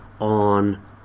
on